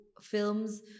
films